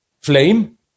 flame